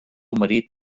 marit